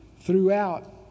throughout